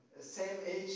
same-age